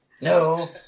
No